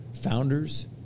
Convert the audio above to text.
founders